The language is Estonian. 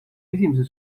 esimese